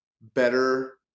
better